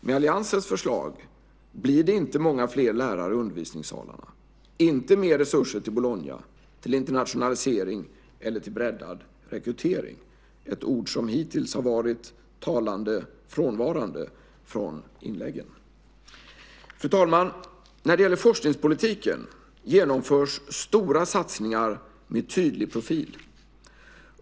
Med alliansens förslag blir det inte många fler lärare i undervisningssalarna, inte mer resurser till Bologna, till internationalisering eller till breddad rekrytering - ett ord som hittills har varit talande frånvarande från inläggen. Fru talman! När det gäller forskningspolitiken genomförs stora satsningar med tydlig profil.